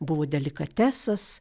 buvo delikatesas